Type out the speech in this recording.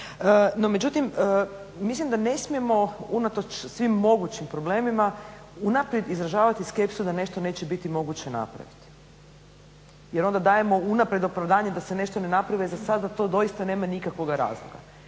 No međutim mislim da ne smijemo unatoč svim mogućim problemima, unaprijed izražavati skepsu da nešto neće biti moguće napraviti jer onda dajemo unaprijed opravdanje da se nešto ne naprave za sada to doista nema nikakvoga razloga.